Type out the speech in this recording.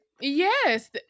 Yes